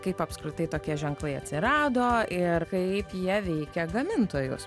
kaip apskritai tokie ženklai atsirado ir kaip jie veikia gamintojus